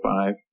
five